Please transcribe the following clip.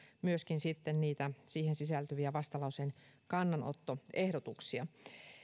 myöskin sitten niitä siihen sisältyviä vastalauseen kannanottoehdotuksia